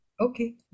Okay